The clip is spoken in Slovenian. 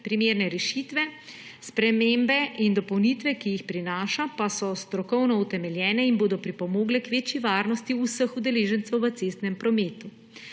primerne rešitve, spremembe in dopolnitve, ki jih prinaša pa so strokovno utemeljene in bodo pripomogle k večji varnosti vseh udeležencev v cestnem prometu.